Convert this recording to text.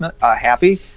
happy